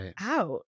out